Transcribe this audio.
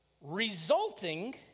Resulting